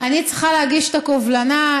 אני צריכה להגיש את הקובלנה,